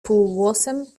półgłosem